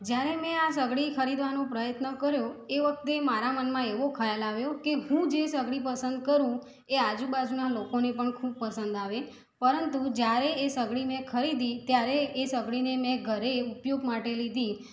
જયારે મેં આ સગડી ખરીદવાનો પ્રયત્ન કર્યો એ વખતે મારા મનમાં એવો ખ્યાલ આવ્યો કે હું જે સગડી પસંદ કરું એ આજુબાજુના લોકોને પણ ખૂબ પસંદ આવે પરંતુ જયારે એ સગડી મેં ખરીદી ત્યારે એ સગડીને મેં ઘરે ઉપયોગ માટે લીધી